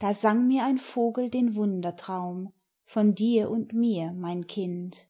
da sang mir ein vogel den wundertraum von dir und mir mein kind